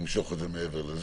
למשוך את זה מעבר לזה.